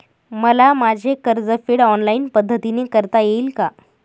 मला माझे कर्जफेड ऑनलाइन पद्धतीने करता येईल का?